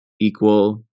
equal